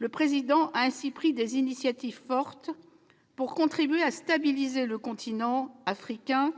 République a ainsi pris des initiatives fortes pour contribuer à stabiliser le continent africain